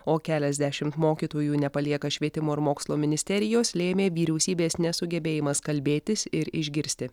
o keliasdešimt mokytojų nepalieka švietimo ir mokslo ministerijos lėmė vyriausybės nesugebėjimas kalbėtis ir išgirsti